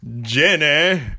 Jenny